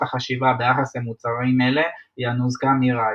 החשיבה ביחס למוצרם אלו היא הנוזקה Mirai,